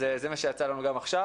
אז זה מה שיצא לנו גם עכשיו.